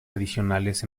adicionales